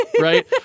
right